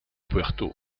puerto